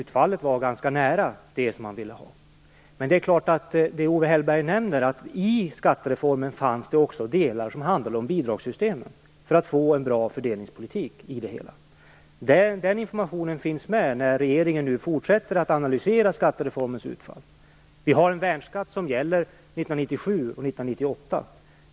Utfallet var ganska nära det som man ville ha. Owe Hellberg nämner att det i skattereformen också fanns delar som gällde bidragssystemen, för att vi skulle få en bra fördelningspolitik. Den informationen finns med när regeringen nu fortsätter att analysera skattereformens utfall. Vi har en värnskatt som gäller 1997 och 1998.